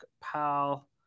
Pal